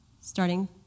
starting